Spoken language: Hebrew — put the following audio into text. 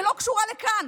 שלא קשורה לכאן,